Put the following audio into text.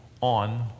on